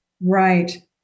Right